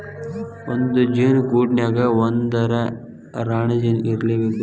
ಒಂದ ಜೇನ ಗೂಡಿನ್ಯಾಗ ಒಂದರ ರಾಣಿ ಜೇನ ಇರಲೇಬೇಕ